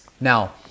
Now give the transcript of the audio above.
now